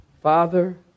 Father